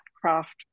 craft